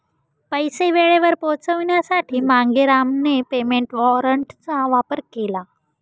पैसे वेळेवर पोहोचवण्यासाठी मांगेरामने पेमेंट वॉरंटचा वापर केला